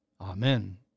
Amen